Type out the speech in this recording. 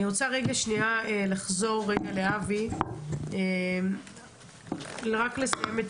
אני רוצה לחזור לאבי כדי לסיים את